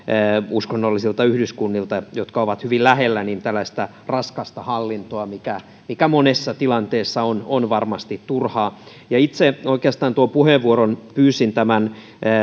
uskonnollisilta yhdyskunnilta jotka ovat hyvin lähellä sellaista tällaista raskasta hallintoa mikä mikä monessa tilanteessa on on varmasti turhaa itse oikeastaan tuon puheenvuoron pyysin tämän